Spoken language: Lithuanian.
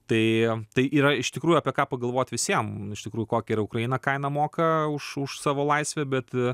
tai tai yra iš tikrųjų apie ką pagalvot visiem nu iš tiktųjų kokią ir ukraina kainą moka už už savo laisvę bet